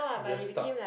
just stuck